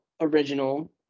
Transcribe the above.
original